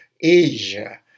Asia